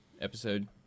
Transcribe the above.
episode